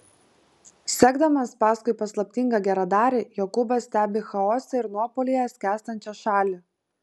sekdamas paskui paslaptingą geradarį jokūbas stebi chaose ir nuopuolyje skęstančią šalį